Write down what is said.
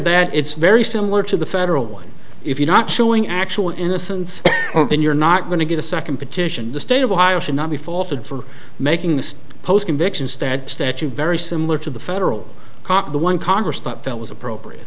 that it's very similar to the federal one if you're not showing actual innocence and you're not going to get a second petition the state of ohio should not be faulted for making the post convictions that statute very similar to the federal court the one congress felt was appropriate